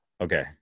okay